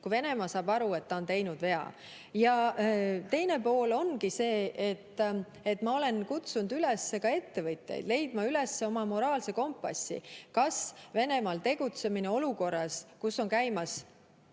kui Venemaa saab aru, et ta on teinud vea. Teine pool ongi see, et ma olen kutsunud üles ka ettevõtjaid leidma üles oma moraalse kompassi. Kas Venemaal tegutsemine olukorras, kus on käimas